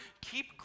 keep